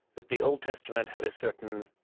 but the old testament had a certain